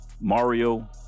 mario